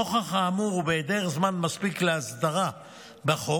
נוכח האמור, ובהיעדר זמן מספיק להסדרה בחוק,